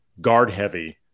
guard-heavy